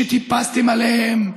שטיפסתם עליהם.